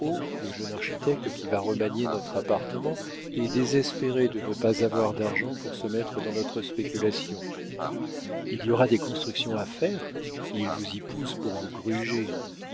le jeune architecte qui va remanier notre appartement est désespéré de ne pas avoir d'argent pour se mettre dans notre spéculation il y aura des constructions à faire il vous y pousse pour vous gruger